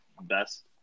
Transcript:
best